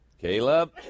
Caleb